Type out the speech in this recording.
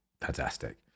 fantastic